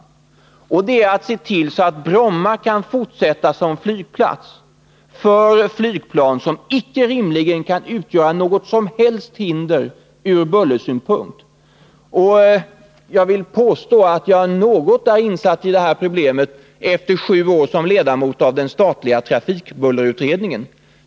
I detta nya skede måste syftet vara att se till att Bromma kan fortsätta som flygplats för flygplan som icke rimligen kan utgöra något hinder ur bullersynpunkt. Jag vill påstå att jag något är insatt i det här problemet efter sju år som ledamot av den statliga trafikbullerutredningen.